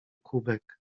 kubek